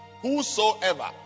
whosoever